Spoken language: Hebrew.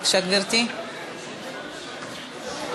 גברתי, בבקשה.